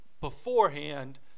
beforehand